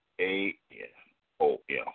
A-N-O-L